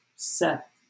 Set